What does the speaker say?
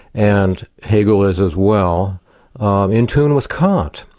and hegel is as well in tune with kant.